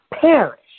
perish